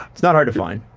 it's not hard to find.